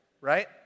right